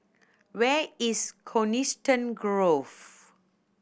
where is Coniston Grove